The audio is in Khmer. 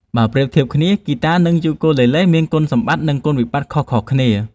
បើប្រៀបធៀបគ្នា ហ្គីតា និងយូគូលេលេមានគុណសម្បត្តិ និងគុណវិបត្តិខុសៗគ្នា។